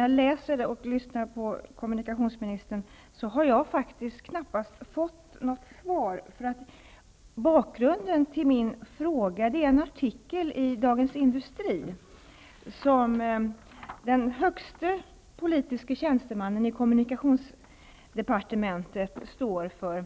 jag läser det och lyssnar på kommunikationsministern finner jag att jag knappast har fått något svar. Bakgrunden till min fråga är en artikel i Dagens Industri som den högste politiske tjänstemannen i kommunikationsdepartementet står för.